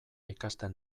ikasten